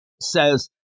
says